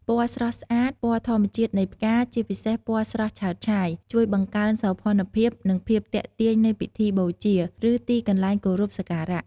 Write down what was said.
ពណ៌ស្រស់ស្អាត ពណ៌ធម្មជាតិនៃផ្កា ជាពិសេសពណ៌ស្រស់ឆើតឆាយ ជួយបង្កើនសោភ័ណភាព និងភាពទាក់ទាញនៃពិធីបូជា ឬទីកន្លែងគោរពសក្ការៈ។